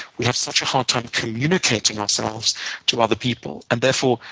we have such a hard time communicating ourselves to other people. and therefore,